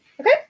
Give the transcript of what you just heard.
Okay